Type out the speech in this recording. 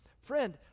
friend